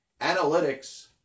Analytics